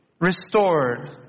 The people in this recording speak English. restored